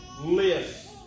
list